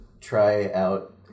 try-out